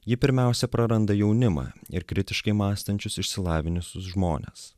ji pirmiausia praranda jaunimą ir kritiškai mąstančius išsilavinusius žmones